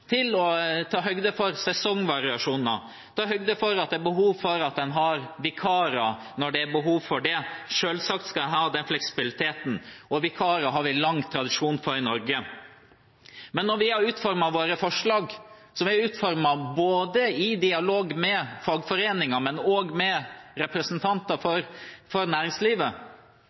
til å ta høyde for sesongvariasjoner – ta høyde for at en kan ansette vikarer når det er behov for det. Selvsagt skal man ha den fleksibiliteten, og vikarer har vi lang tradisjon for i Norge. Vi har utformet våre forslag i dialog med fagforeninger, men også med representanter for næringslivet